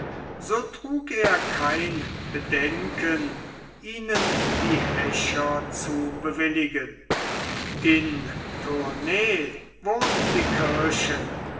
so trug er kein bedenken ihnen die häscher zu bewilligen in tournay wurden die kirchen